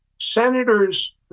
Senators